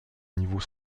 niveau